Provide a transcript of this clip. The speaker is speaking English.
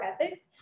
ethics